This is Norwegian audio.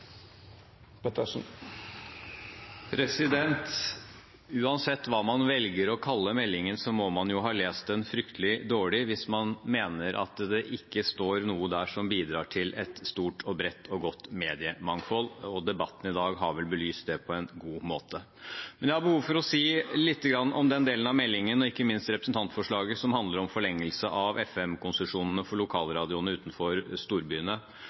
Uansett hva man velger å kalle meldingen, må man ha lest den fryktelig dårlig hvis man mener at det ikke står noe der som bidrar til et stort, bredt og godt mediemangfold, og debatten i dag har vel belyst det på en god måte. Men jeg har behov for å si litt om den delen av meldingen – og ikke minst representantforslaget – som handler om forlengelse av FM-konsesjonene for lokalradioene utenfor storbyene.